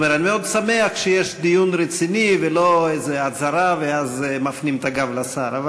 אני מאוד שמח שיש דיון רציני ולא איזו הצהרה ואז מפנים את הגב לשר.